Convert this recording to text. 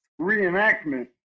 reenactment